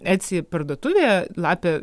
etsi parduotuvėje lapė